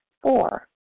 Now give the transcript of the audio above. Four